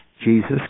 Jesus